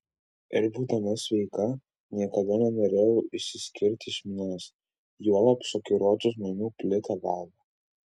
ir būdama sveika niekada nenorėjau išsiskirti iš minios juolab šokiruoti žmonių plika galva